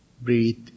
Breathe